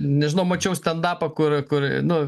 nežinau mačiau stendapą kur kur nu